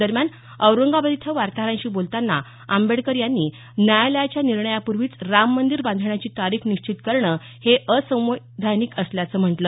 दरम्यान औरंगाबाद इथं वार्ताहरांशी बोलताना आंबेडकर यांनी न्यायालयाच्या निर्णयापूर्वीच राममंदीर बांधण्याची तारीख निश्चित करणं हे असंवैधानिक असल्याचं म्हटलं